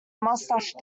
mustache